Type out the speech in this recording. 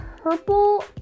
purple